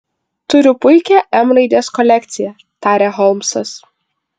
turiu puikią m raidės kolekciją tarė holmsas